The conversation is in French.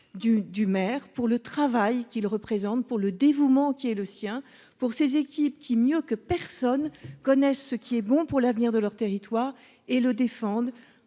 du maire pour le travail qu'il représente pour le dévouement qui est le sien pour ces équipes qui mieux que personne connaît, ce qui est bon pour l'avenir de leur territoire et le défendent